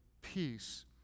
peace